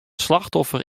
slachtoffer